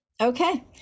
Okay